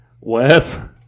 Wes